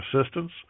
assistance